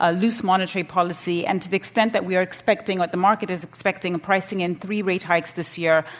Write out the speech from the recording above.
ah loose monetary policy and to the extent that we are expecting or that the market is expecting a pricing and three rate hikes this year,